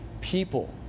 people